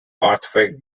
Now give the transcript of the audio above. earthquake